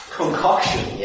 Concoction